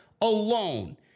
alone